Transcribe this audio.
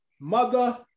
mother